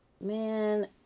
Man